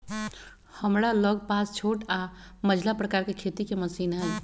हमरा लग पास छोट आऽ मझिला प्रकार के खेती के मशीन हई